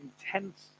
intense